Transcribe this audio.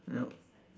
yup